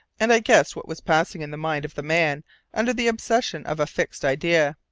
and i guessed what was passing in the mind of the man under the obsession of a fixed idea.